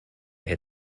hit